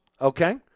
okay